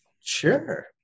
sure